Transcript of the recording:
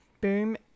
Boom